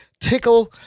tickle